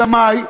אלא מאי?